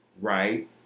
right